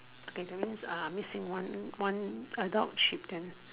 okay that means uh missing one one adult sheep then